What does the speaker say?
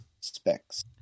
Specs